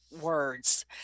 words